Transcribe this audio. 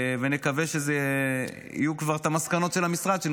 ונקווה שיהיו כבר המסקנות של המשרד כדי